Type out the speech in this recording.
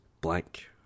blank